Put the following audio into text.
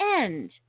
end